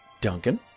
Duncan